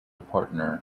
partner